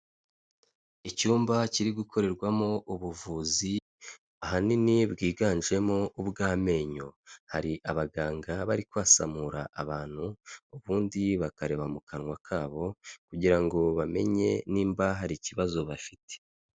Icyumba kiri gukorerwamo ubuvuzi, ahanini bwiganjemo ubw'amenyo, hari abaganga bari kwasamura abantu, ubundi bakareba mu kanwa kabo, kugira ngo bamenye nimba hari ikibazo bafite.